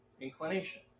inclination